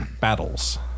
Battles